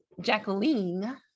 Jacqueline